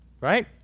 Right